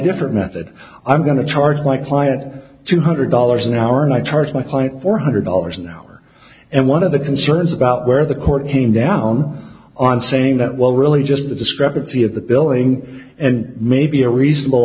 different method i'm going to charge my client two hundred dollars an hour and i charge my client four hundred dollars an hour and one of the concerns about where the court came down on training that well really just the discrepancy of the billing and maybe a reasonable